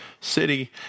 city